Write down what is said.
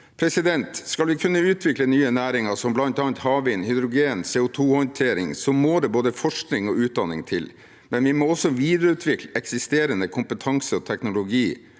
kompetanse. Skal vi kunne utvikle nye næringer som bl.a. havvind, hydrogen og CO2-håndtering, må det både forskning og utdanning til, men vi må også videreutvikle eksisterende kompetanse og teknologi